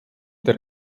der